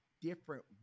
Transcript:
different